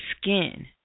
skin